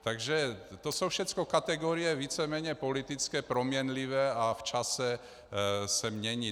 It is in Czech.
Takže to jsou všecko kategorie víceméně politické, proměnlivé a v čase se mění.